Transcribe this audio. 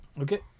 Okay